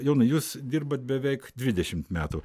jonai jūs dirbat beveik dvidešimt metų